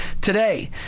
Today